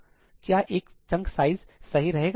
क्या एक का चंक साइज सही रहेगा